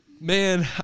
man